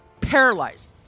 Paralyzed